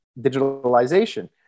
digitalization